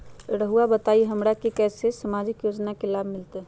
रहुआ बताइए हमरा के कैसे सामाजिक योजना का लाभ मिलते?